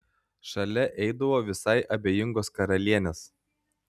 šalia eidavo visai abejingos karalienės